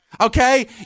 Okay